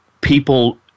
people